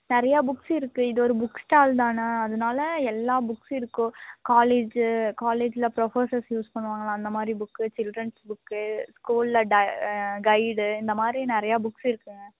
நிறையா புக்ஸு இருக்குது இது ஒரு புக் ஸ்டால் தானே அதனால எல்லா புக்ஸும் இருக்கும் காலேஜு காலேஜில் ப்ரொஃபசர்ஸ் யூஸ் பண்ணுவாங்களே அந்த மாதிரி புக்கு சில்ட்ரன்ஸ் புக்கு ஸ்கூலில் ட கைடு இந்த மாதிரி நிறையா புக்ஸு இருக்குதுங்க